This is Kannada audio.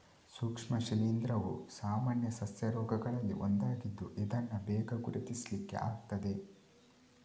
ಸೂಕ್ಷ್ಮ ಶಿಲೀಂಧ್ರವು ಸಾಮಾನ್ಯ ಸಸ್ಯ ರೋಗಗಳಲ್ಲಿ ಒಂದಾಗಿದ್ದು ಇದನ್ನ ಬೇಗ ಗುರುತಿಸ್ಲಿಕ್ಕೆ ಆಗ್ತದೆ